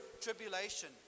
tribulation